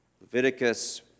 Leviticus